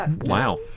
Wow